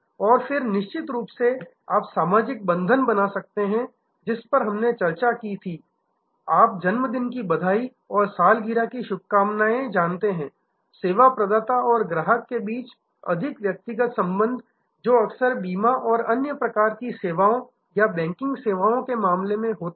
और फिर निश्चित रूप से आप सामाजिक बंधन बना सकते हैं जिस पर हमने चर्चा की थी कि आप जन्म दिन की बधाई और सालगिरह की शुभकामनाएं जानते हैं सेवा प्रदाता और ग्राहक के बीच अधिक व्यक्तिगत संबंध जो अक्सर बीमा और अन्य प्रकार की सेवाओं या बैंकिंग सेवाओं के मामले में होता है